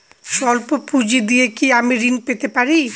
সল্প পুঁজি দিয়ে কি আমি ঋণ পেতে পারি?